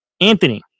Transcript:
anthony